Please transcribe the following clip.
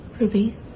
Ruby